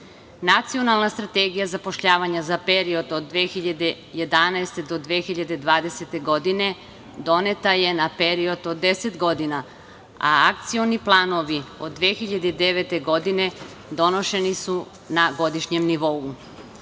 plan. Nacionalna strategija zapošljavanja za period od 2011. do 2020. godine, doneta je na period od 10 godina. A akcioni planovi od 2009. godine donošeni su na godišnjem nivou.